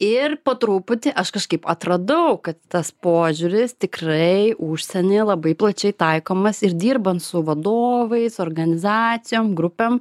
ir po truputį aš kažkaip atradau kad tas požiūris tikrai užsienyje labai plačiai taikomas ir dirbant su vadovais organizacijom grupėm